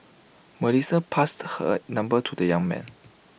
Melissa passed her number to the young man